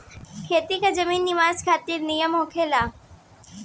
खेती के जमीन निवेश खातिर निमन होला